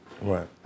Right